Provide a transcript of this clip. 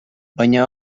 baina